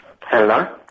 Hello